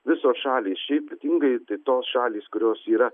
visos šalys čia ypatingai tai tos šalys kurios yra